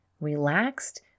relaxed